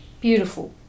Beautiful